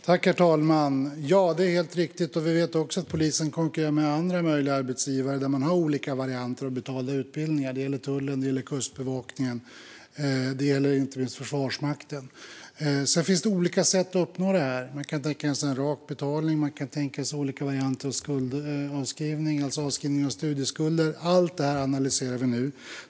Herr talman! Det är helt riktigt. Vi vet också att polisen konkurrerar med andra möjliga arbetsgivare som har olika varianter av betalda utbildningar - detta gäller tullen, Kustbevakningen och inte minst Försvarsmakten. Det finns olika sätt att uppnå detta. Man kan tänka sig en rak betalning. Man kan också tänka sig olika varianter av skuldavskrivning, alltså avskrivningar av studieskulder. Allt detta analyserar vi nu.